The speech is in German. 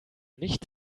nicht